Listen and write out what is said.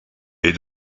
est